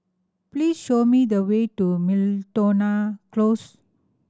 please show me the way to Miltonia Close